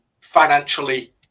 financially